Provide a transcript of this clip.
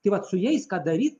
tai vat su jais ką daryt